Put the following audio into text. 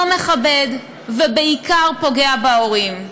לא מכבד, ובעיקר פוגע בהורים.